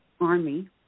Army